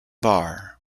bar